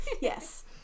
yes